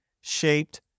shaped